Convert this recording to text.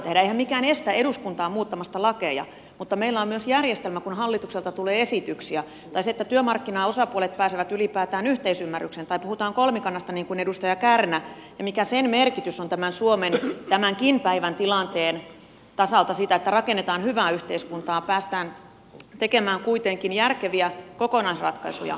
eihän mikään estä eduskuntaa muuttamasta lakeja mutta meillä on myös järjestelmä kun hallitukselta tulee esityksiä että työmarkkinaosapuolet pääsevät ylipäätään yhteisymmärrykseen tai puhutaan kolmikannasta niin kuin edustaja kärnä ja siitä mikä sen merkitys on suomen tämänkin päivän tilanteen tasalta siinä että rakennetaan hyvää yhteiskuntaa päästään tekemään kuitenkin järkeviä kokonaisratkaisuja